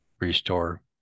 restore